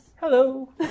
Hello